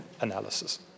analysis